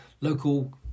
local